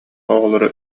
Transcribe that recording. оҕолоро